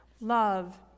love